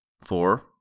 four